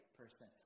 person